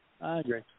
agree